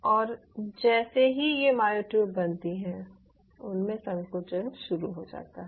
और जैसे ही ये मायोट्यूब बनती हैं उनमे संकुचन शुरू हो जाता है